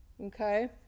Okay